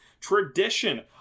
tradition